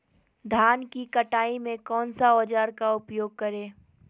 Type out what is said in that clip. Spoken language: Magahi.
धान की कटाई में कौन सा औजार का उपयोग करे?